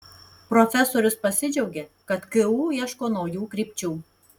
profesorius pasidžiaugė kad ku ieško naujų krypčių